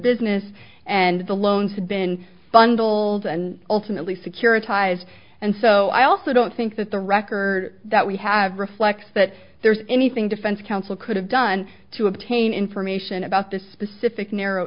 business and the loans had been bundled and ultimately securitize and so i also don't think that the record that we have reflects that there's anything defense counsel could have done to obtain information about the specific narrow